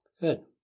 Good